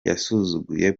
yasuzuguye